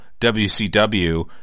WCW